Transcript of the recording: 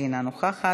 אינה נוכחת,